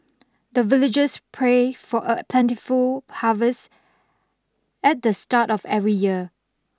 the villagers pray for a plentiful harvest at the start of every year